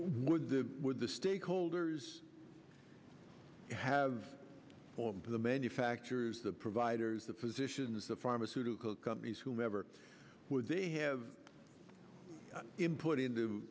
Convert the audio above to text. where the the stakeholders have formed the manufacturers the providers the physicians the pharmaceutical companies whomever would they have input into